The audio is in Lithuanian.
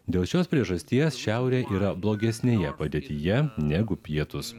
dėl šios priežasties šiaurė yra blogesnėje padėtyje negu pietūs